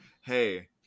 Hey